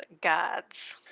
gods